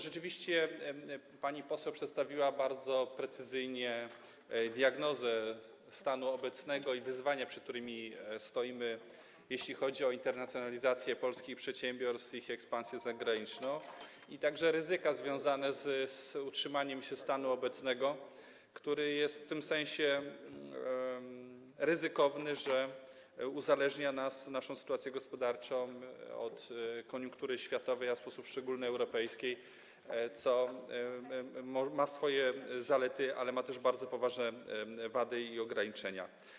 Rzeczywiście pani poseł przedstawiła bardzo precyzyjnie diagnozę stanu obecnego i wyzwania, przed którymi stoimy, jeśli chodzi internacjonalizację polskich przedsiębiorstw, ich ekspansję zagraniczną, a także ryzyka związane z utrzymaniem się stanu obecnego, który jest w tym sensie ryzykowny, że uzależnia nas, naszą sytuację gospodarczą, od koniunktury światowej, a w sposób szczególny europejskiej, co ma swoje zalety, ale ma też bardzo poważne wady i ograniczenia.